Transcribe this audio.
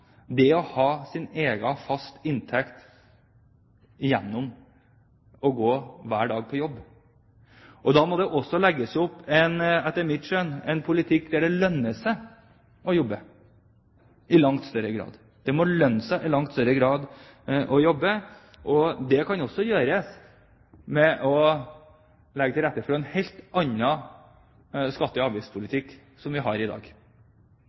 hver dag. Da må det også, etter mitt skjønn, legges opp til en politikk der det i langt større grad lønner seg å jobbe. Det må i langt større grad lønne seg å jobbe, og det kan gjøres ved å legge til rette for en helt annen skatte- og avgiftspolitikk enn vi har i dag.